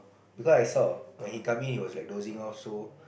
I saw when he come in he was like dozing off so